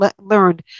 learned